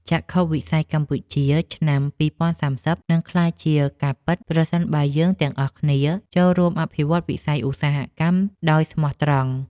ចក្ខុវិស័យកម្ពុជាឆ្នាំ ២០៣០ នឹងក្លាយជាការពិតប្រសិនបើយើងទាំងអស់គ្នាចូលរួមអភិវឌ្ឍវិស័យឧស្សាហកម្មដោយស្មោះត្រង់។